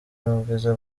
n’ubwiza